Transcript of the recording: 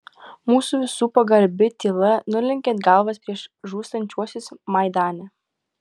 mūsų visų pagarbi tyla nulenkiant galvas prieš žūstančiuosius maidane